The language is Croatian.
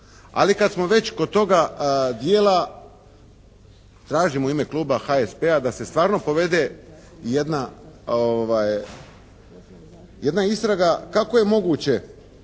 Ali kad smo već kod toga dijela tražimo u ime Kluba HSP-a da se stvarno povede jedna istraga kako je moguće